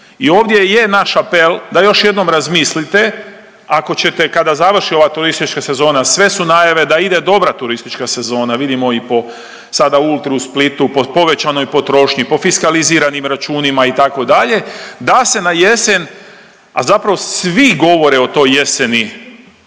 i ovdje je naš apel da još jednom razmislite, ako ćete, kada završi ova turistička sezona, sve su najave da ide dobra turistička sezona, vidimo i po sada Ultri u Splitu, povećanoj potrošnji, po fiskaliziranim računima, itd., da se na jesen, a zapravo svi govore o toj jeseni,